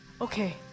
Okay